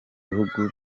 bihugu